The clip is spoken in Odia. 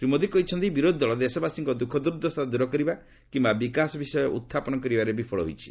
ଶ୍ରୀ ମୋଦି କହିଛନ୍ତି ବିରୋଧି ଦଳ ଦେଶବାସୀଙ୍କ ଦୁଃଖ ଦୁର୍ଦ୍ଦଶା ଦ୍ଦର କରିବା କିମ୍ବା ବିକାଶ ବିଷୟ ଉତ୍ଥାପନ କରିବାରେ ବିଫଳ ହୋଇଛି